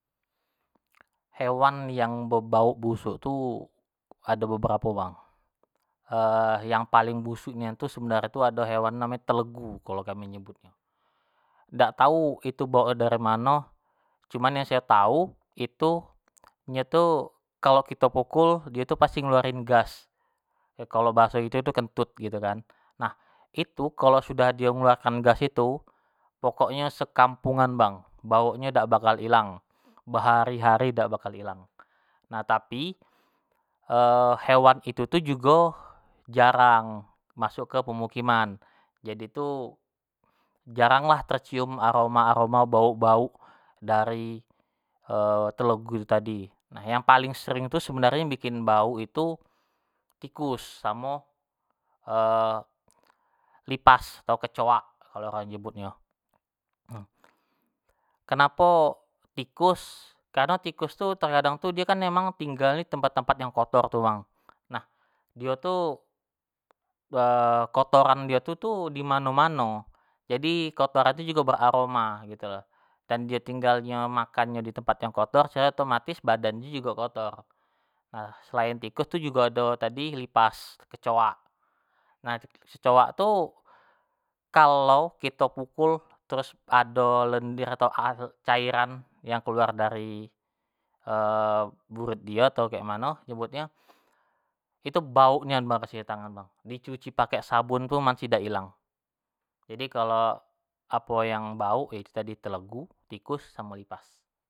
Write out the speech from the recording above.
Hewan yang bebauk busuk tu ado beberapo bang, yang paling busuk nian tu sebenar tu ado hewan namo nyo telegu kalo kami nyebutnyo, dak tau itu bauknyo dari mano, cuman yang sayo tau itu, nyo tu kalo kito pukul, dio tu pasti ngeluarin gas, kalo bahaso kito tu kentut gitu kan, nah itu kalu sudah dio ngeluarin gas itu pokoknyo sekampungan bang bauknyo dak bakal ilang, berhari-hari dak bakal ilang, nah tapi hewan itu tu jugo jarang masuk ke pemukiman, jadi tu jarang lah tercium aroma aroma bauk-bauk dari telegu itu tadi, nah yang paling sering tu sebenarnyo tu yang bikin bauk itu tikus samo lipas atau kecoak kalu orang nyebutnyo, kenapo tikus, kareno tikus tu terkadang tu, dio tu kan memang tinggalnyo tu di tempat-tempat yang kotor tu bang, nah dio tu kotoran di tu tu dimano-mano, jadi kotorannyo tu jugo beraroma gitu lo, dan dio tinggalnyo makannyo ditempat yang kotor, secara otomatis badannyo jugo kotor, nah selain tikus tadi tu jugo ado lipas, kecoak, nah si kecoak tu, kalau kito pukul terus ado lendir atau cairan yang keluar dari burit dio atau kek mano nyebutnyo itu bauk nian bang kasih ketangan bang, di cuci pake sabun tu masih dak hilang, jadi kalau apo yang bau yo itu, telegu, tikus samo lipas.